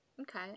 Okay